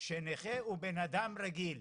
שנכה הוא בן אדם רגיל.